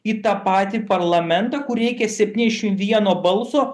į tą patį parlamentą kur reikia septyniasdešimt vieno balso